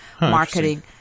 marketing